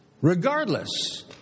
Regardless